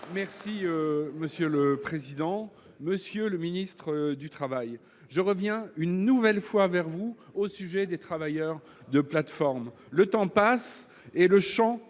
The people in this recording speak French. et Républicain. Monsieur le ministre du travail, je reviens une nouvelle fois vers vous au sujet des travailleurs de plateformes. Le temps passe et le champ de